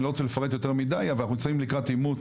אני לא רוצה לפרט יותר מידי אבל אנחנו נמצאים לקראת עימות,